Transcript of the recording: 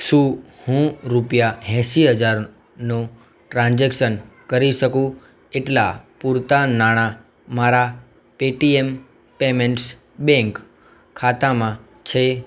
શું હું રૂપિયા એંશી હજારનું ટ્રાન્ઝેક્શન કરી શકું એટલાં પૂરતા નાણા મારા પેટીએમ પેમેન્ટ્સ બેંક ખાતામાં છે